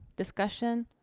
discussion?